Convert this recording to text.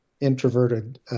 Introverted